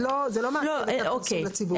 את לא, זה לא מעכב את הפרסום לציבור.